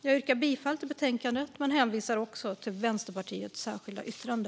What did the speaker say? Jag yrkar bifall till utskottets förslag men hänvisar också till Vänsterpartiets särskilda yttrande.